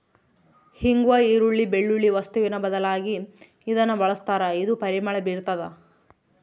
ಇಂಗ್ವಾ ಈರುಳ್ಳಿ, ಬೆಳ್ಳುಳ್ಳಿ ವಸ್ತುವಿನ ಬದಲಾಗಿ ಇದನ್ನ ಬಳಸ್ತಾರ ಇದು ಪರಿಮಳ ಬೀರ್ತಾದ